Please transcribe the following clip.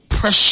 pressure